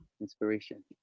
Inspiration